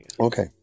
Okay